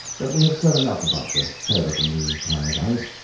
but we have said enough about the head of the new paradise.